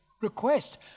request